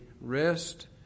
rest